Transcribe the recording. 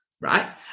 right